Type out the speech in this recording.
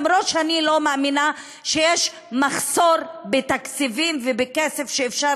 למרות שאני לא מאמינה שיש מחסור בתקציבים ובכסף שאפשר